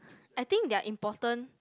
I think they're important